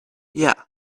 yeah